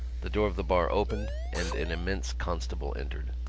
the door of the bar opened and an immense constable entered.